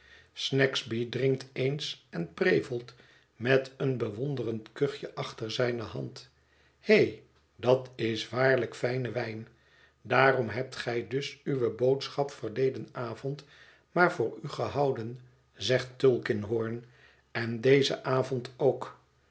snagsbij drinkt eens en prevelt met een bewonderend kuchje achter zijne hand he dat is waarlijk fijne wijn daarom hebt gij dus uwe boodschap verleden avond maar voor u gehouden zegt tulkinghorn en dezen avond ook